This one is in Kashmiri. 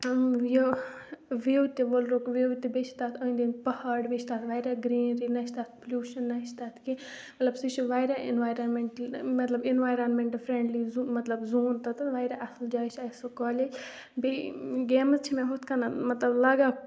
یہِ وِو تہِ ؤلرُک وِو تہِ بیٚیہِ چھِ تَتھ أنٛدۍ أنٛدۍ پہاڑ بیٚیہِ چھِ تَتھ واریاہ گرٛیٖنری نہ چھِ تَتھ پٕلیوٗشَن نہ چھِ تَتھ کینٛہہ مطلب سُہ چھِ واریاہ اِنوارَمٮ۪نٹل مطلب اِنوارَمٮ۪نٛٹ فرٛٮ۪نٛڈلی زُ مطلب زون تَتہٕ واریاہ اَصٕل جایہِ چھِ اَسہِ سُہ کالیج بیٚیہِ گیمٕز چھِ مےٚ ہُتھ کَنۍ مطلب لَگان